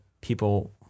people